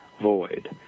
void